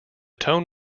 tone